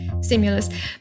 stimulus